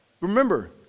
remember